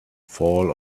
fall